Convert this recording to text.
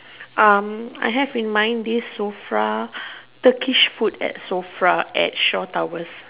um I have in mind this sofa Turkish food at sofa at shaw towers